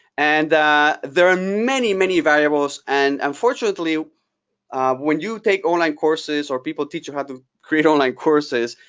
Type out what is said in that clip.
and there are many, many variables, and unfortunately when you take online courses or people teach you how to create online courses,